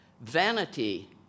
Vanity